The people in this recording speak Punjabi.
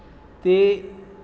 ਅਤੇ